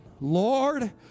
lord